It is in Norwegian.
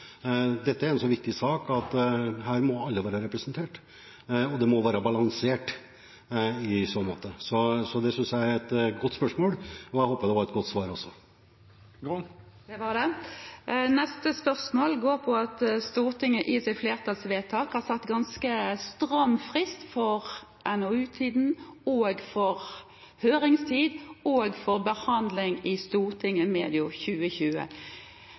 Dette er en så viktig sak at her må alle være representert, og det må være balansert, i så måte. Jeg synes det var et godt spørsmål, og jeg håper også at det var et godt svar. Det var det. Neste spørsmål går på at Stortinget i sitt flertallsvedtak har satt en ganske stram tidsfrist for NOU-en, høring og behandling i Stortinget – medio 2020.